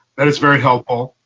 that is very helpful.